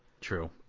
True